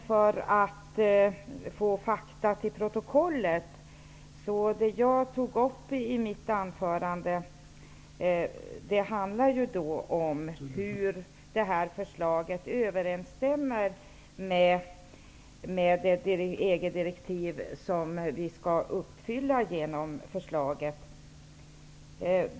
För att få fakta till protokollet vill jag sedan säga att det som jag tog upp i mitt anförande handlar om hur det här förslaget överensstämmer med det EG direktiv som skall uppfyllas genom förslaget.